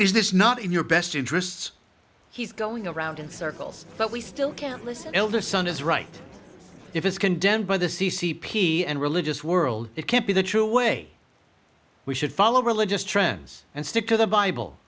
this not in your best interests he's going around in circles but we still can't listen eldest son is right if it's condemned by the c c p and religious world it can't be the true way we should follow religious trends and stick to the bible